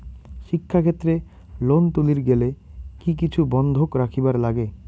শিক্ষাক্ষেত্রে লোন তুলির গেলে কি কিছু বন্ধক রাখিবার লাগে?